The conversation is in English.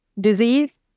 disease